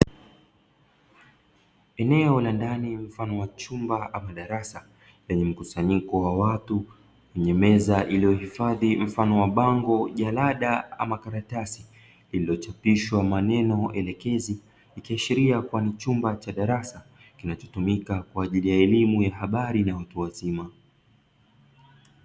Eneo la ndani mfano wa chumba ama darasa lenye mkusanyiko wa watu lenye meza iliyohifadhi mfano wa bango, jarada ama karatasi lililochapishwa maneno elekezi, ikiashiria kuwa ni chumba cha darasa kinachotumika kwa ajili ya elimu ya habari na watu wazima.